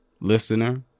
Listener